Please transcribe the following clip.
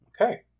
Okay